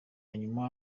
nyuma